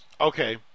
Okay